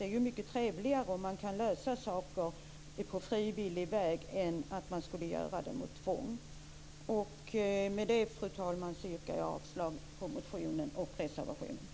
Det är mycket trevligare att kunna lösa frågor på frivillig väg än att behöva göra det med tvång. Med detta, fru talman, yrkar jag avslag på motionen och på reservationen.